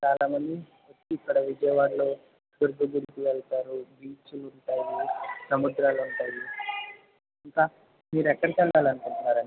చాలామంది ఇక్కడ విజయవాడలో దుర్గ గుడికి వెళ్తారు బీచ్లు ఉంటాయి సముద్రాలు ఉంటాయి ఇంకా మీరు ఎక్కడికి వెళ్ళాలని అనుకుంటున్నారండీ